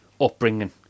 upbringing